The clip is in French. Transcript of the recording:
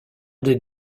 des